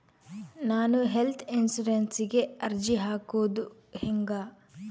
ನಾನು ಹೆಲ್ತ್ ಇನ್ಸುರೆನ್ಸಿಗೆ ಅರ್ಜಿ ಹಾಕದು ಹೆಂಗ?